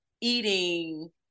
eating